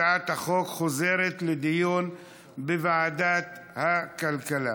הצעת החוק חוזרת לדיון בוועדת הכלכלה.